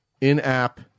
in-app